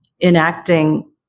enacting